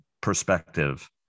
perspective